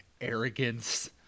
arrogance